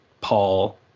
Paul